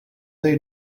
they